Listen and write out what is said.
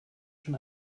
schon